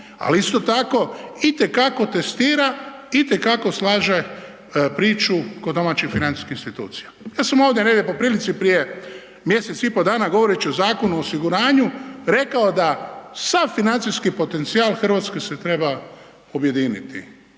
ali isto tako, itekako testira, itekako slaže priču kod domaćih financijskih institucija. Ja sam ovdje negdje po prilici prije mjesec i pol dana govoreći o Zakonu o osiguranju rekao da sav financijski potencijal Hrvatske se treba objediniti